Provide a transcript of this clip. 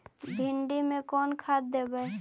भिंडी में कोन खाद देबै?